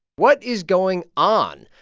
what is going on?